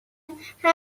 کشور